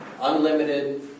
unlimited